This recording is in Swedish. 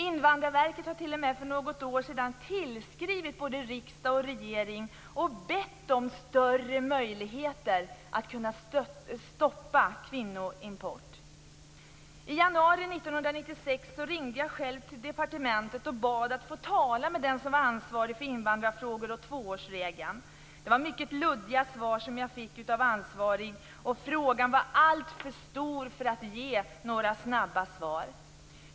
Invandrarverket har t.o.m. för något år sedan tillskrivit både riksdag och regering och bett om större möjligheter att stoppa kvinnoimport. I januari 1996 ringde jag själv till departementet och bad att få tala med den som var ansvarig för invandrarfrågor och tvåårsregeln. Det var mycket luddiga svar som jag fick av en ansvarig där. Frågan var alltför stor för att ges några snabba svar.